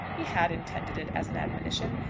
he had intended it as an admonition,